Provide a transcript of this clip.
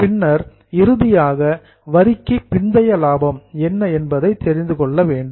பின்னர் இறுதியாக வரிக்கு பிந்தைய லாபம் என்ன என்பதை தெரிந்து கொள்ள வேண்டும்